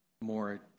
more